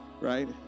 right